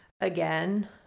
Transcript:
again